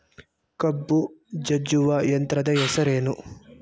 ಕಬ್ಬು ಜಜ್ಜುವ ಯಂತ್ರದ ಹೆಸರೇನು?